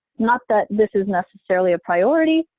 not that this is necessarily a priority,